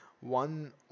One